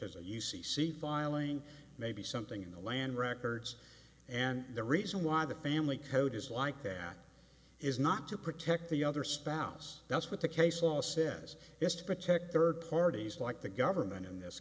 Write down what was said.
as a u c c filing maybe something in the land records and the reason why the family code is like that is not to protect the other spouse that's what the case law says is to protect third parties like the government in this